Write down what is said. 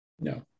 No